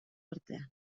artean